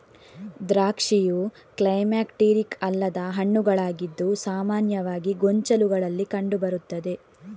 ದ್ರಾಕ್ಷಿಯು ಕ್ಲೈಮ್ಯಾಕ್ಟೀರಿಕ್ ಅಲ್ಲದ ಹಣ್ಣುಗಳಾಗಿದ್ದು ಸಾಮಾನ್ಯವಾಗಿ ಗೊಂಚಲುಗಳಲ್ಲಿ ಕಂಡು ಬರುತ್ತದೆ